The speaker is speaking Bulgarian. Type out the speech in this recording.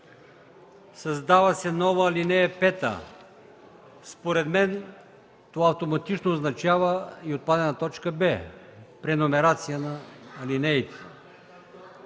„Създава се нова ал. 5”. Според мен това автоматично означава и отпадане на т. „б”, преномерация на буквите.